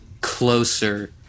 closer